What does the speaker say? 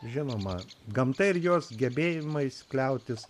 žinoma gamta ir jos gebėjimais kliautis